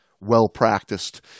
well-practiced